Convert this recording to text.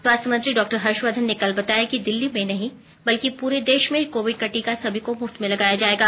स्वास्थ्य मंत्री डॉ हर्षवर्धन ने कल बताया कि दिल्ली में ही नहीं बल्कि पूरे देश में कोविड का टीका सभी को मुफ्त में लगाया जाएगा